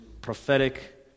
prophetic